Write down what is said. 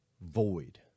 void